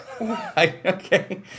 Okay